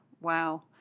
Wow